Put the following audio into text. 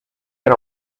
can